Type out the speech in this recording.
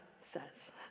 says